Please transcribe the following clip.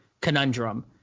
conundrum